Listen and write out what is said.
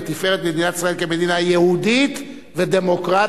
ולתפארת מדינת ישראל כמדינה יהודית ודמוקרטית.